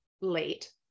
late